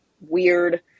weird